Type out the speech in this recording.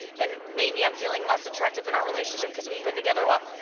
and maybe i'm feeling less attractive in our relationship because we've been together what,